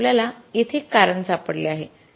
तर आपल्याला येथे एक कारण सापडले आहे